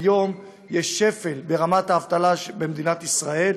כיום יש שפל ברמת האבטלה במדינת ישראל,